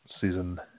season